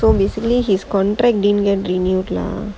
so basically his contract didn't get renewed lah